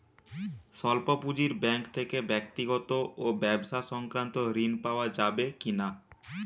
স্বল্প পুঁজির ব্যাঙ্ক থেকে ব্যক্তিগত ও ব্যবসা সংক্রান্ত ঋণ পাওয়া যাবে কিনা?